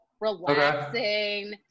relaxing